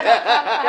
...